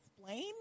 explain